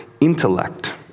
intellect